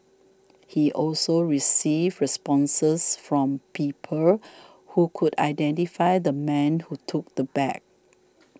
he also received responses from people who could identify the man who took the bag